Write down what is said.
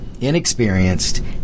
inexperienced